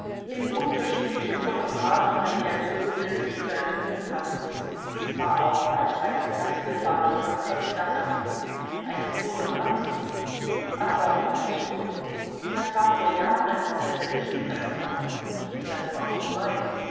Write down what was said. in unterschiedliche phonographen hatte er gejodelt zu berlin und paris war auch mal ii klasse gefahren von potsdam nach wien eines phonogramms wegen aber was schon das war vor jahren als er die stimme noch hatte das war vorbei